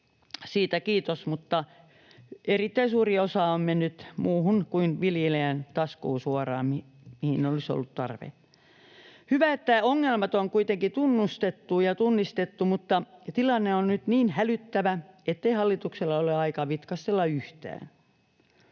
siitä kiitos, mutta erittäin suuri osa on mennyt muuhun kuin viljelijän taskuun suoraan, mihin olisi ollut tarve. Hyvä, että ongelmat on kuitenkin tunnustettu ja tunnistettu, mutta tilanne on nyt niin hälyttävä, ettei hallituksella ole aikaa vitkastella yhtään.